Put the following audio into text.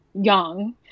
young